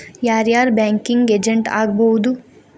ಯಾರ್ ಯಾರ್ banking agent ಆಗ್ಬಹುದು?